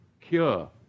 Cure